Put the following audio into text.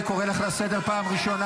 אני הלכתי לברר את הנתונים.